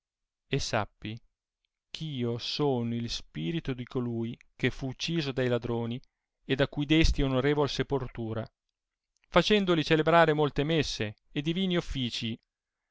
e sappi ch'io sono il spirito di colui che fu ucciso da i ladroni ed a cui desti onorevol sepoltura facendoli celebrare molte messe e divini officii